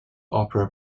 opera